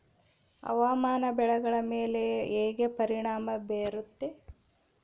ಹವಾಮಾನ ಬೆಳೆಗಳ ಮೇಲೆ ಹೇಗೆ ಪರಿಣಾಮ ಬೇರುತ್ತೆ?